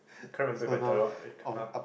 can't remember if I tell you what